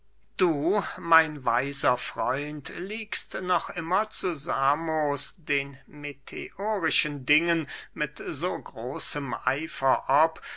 du mein weiser freund liegst noch immer zu samos den meteorischen dingen mit so großem eifer ob